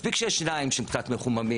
מספיק שיש שניים שהם קצת מחוממים